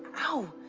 ow,